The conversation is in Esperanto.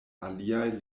aliaj